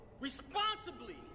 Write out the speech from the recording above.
responsibly